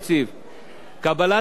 קבלת החלטות אמיצות,